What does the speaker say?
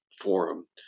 forum